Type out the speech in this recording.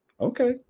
Okay